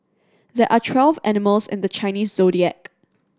there are twelve animals in the Chinese Zodiac